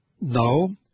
No